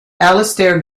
alastair